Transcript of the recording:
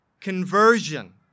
conversion